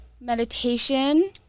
meditation